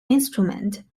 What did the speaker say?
instrument